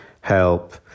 help